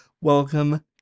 Welcome